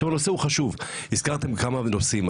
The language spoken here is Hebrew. עכשיו הנושא הוא חשוב הזכרתם כמה נושאים,